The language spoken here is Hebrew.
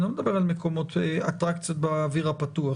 לא מדבר על אטרקציות באוויר הפתוח,